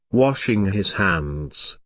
washing his hands,